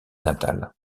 natale